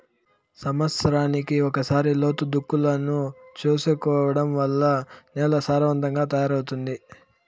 సమత్సరానికి ఒకసారి లోతు దుక్కులను చేసుకోవడం వల్ల నేల సారవంతంగా తయారవుతాది